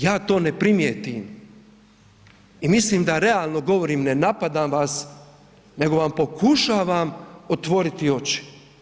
Ja to ne primijetim i mislim da realno govorim, ne napadam vas, nego vam pokušavam otvoriti oči.